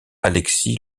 alexis